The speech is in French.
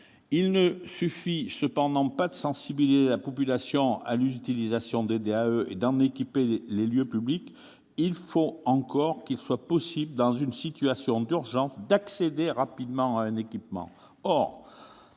Il ne suffit cependant pas de sensibiliser la population à l'utilisation des DAE et d'en équiper les lieux publics ; encore faut-il qu'il soit possible, dans une situation d'urgence, d'accéder rapidement à un équipement.